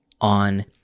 on